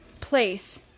place